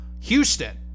Houston